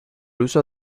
uso